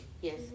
Yes